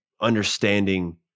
Understanding